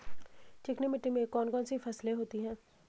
चिकनी मिट्टी में कौन कौन सी फसलें होती हैं?